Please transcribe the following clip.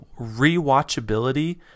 rewatchability